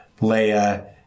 Leia